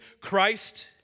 Christ